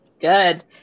good